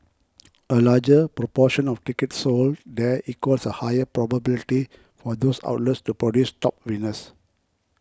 a larger proportion of tickets sold there equals a higher probability for those outlets to produce top winners